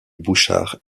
bouchard